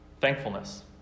thankfulness